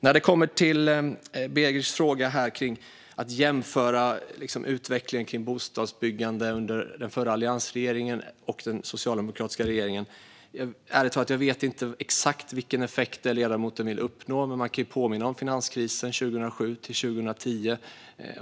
När det kommer till Begics fråga där han jämför bostadsbyggandets utveckling under den förra alliansregeringen och under den socialdemokratiska regeringen vet jag ärligt talat inte exakt vilken effekt ledamoten vill uppnå, men jag kan ju påminna om finanskrisen 2007-2010.